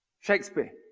shakespeare?